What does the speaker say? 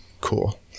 Cool